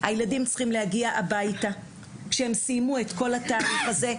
הילדים צריכים להגיע הביתה כשהם סיימו את כל התהליך הזה,